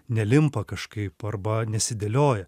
nelimpa kažkaip arba nesidėlioja